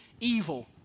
evil